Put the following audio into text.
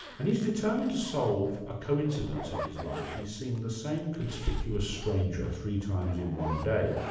and he's determined to solve a coincidence in his life he's seen the same conspicuous stranger three times in one day.